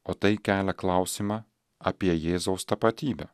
o tai kelia klausimą apie jėzaus tapatybę